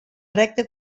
recta